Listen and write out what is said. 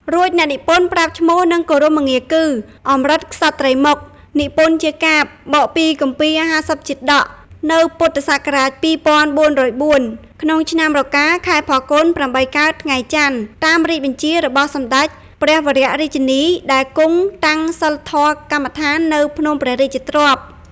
រួចអ្នកនិពន្ធប្រាប់ឈ្មោះ និងគោរមងារគឺ អម្រឹតក្សត្រីម៉ុក និពន្ធជាកាព្យ បកពីគម្ពីរ៥០ជាតក៍ នៅពុទ្ធសករាជ២៤០៤ ក្នុងឆ្នាំរកា ខែផល្គុន ៨កើត ថ្ងៃចន្ទ តាមរាជបញ្ជារបស់សម្តេចព្រះវររាជជននីដែលគង់តាំងសីលធម៌កម្មដ្ឋាននៅភ្នំព្រះរាជទ្រព្យ។